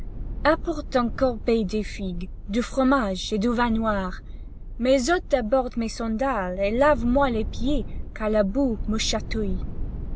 apporte une corbeille de figues du fromage et du vin noir mais ôte d'abord mes sandales et lave moi les pieds car la boue me chatouille